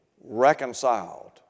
reconciled